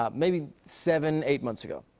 um maybe seven, eight months ago.